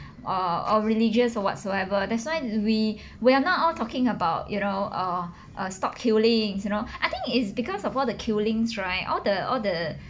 uh or religious or whatsoever that's why we we're not all talking about you know uh uh stopped killings you know I think it's because of all the killings right all the all the